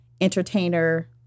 entertainer